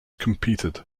competed